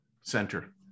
center